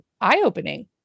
Eye-opening